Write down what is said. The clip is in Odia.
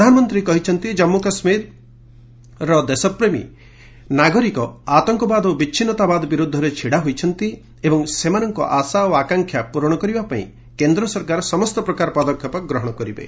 ପ୍ରଧାନମନ୍ତ୍ରୀ କହିଛନ୍ତି କମ୍ମୁ କାଶ୍ମୀରର ଦେଶପ୍ରେମୀ ନାଗରିକ ଆତଙ୍କବାଦ ଓ ବିଚ୍ଛିନ୍ଦତାବାଦ ବିରୋଧରେ ଛିଡ଼ା ହୋଇଛନ୍ତି ଏବଂ ସେମାନଙ୍କ ଆଶା ଆକାଙ୍କ୍ଷା ପୂରଣ କରିବାପାଇଁ କେନ୍ଦ୍ର ସରକାର ସମସ୍ତ ପ୍ରକାର ପଦକ୍ଷେପ ଗ୍ରହଣ କରିବେ